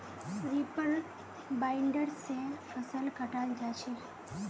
reaper binder से फसल कटाल जा छ